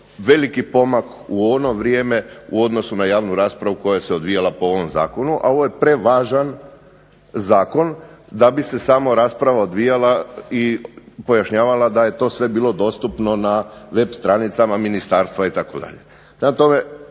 veliki pomak u ono vrijeme u odnosu na javnu raspravu koja se odvijala o ovom zakonu a ovo je prevažan Zakon da bi se samo rasprava odvijala i pojašnjavala da je to sve bilo dostupno na web stranicama Ministarstva itd.